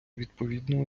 відповідну